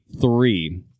three